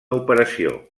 operació